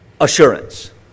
assurance